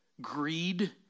greed